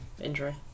injury